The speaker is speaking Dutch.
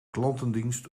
klantendienst